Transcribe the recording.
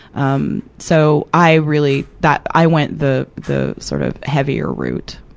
um so, i really, that, i went the, the sort of, heavier route,